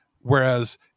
Whereas